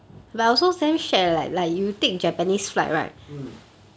mm